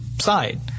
side